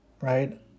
right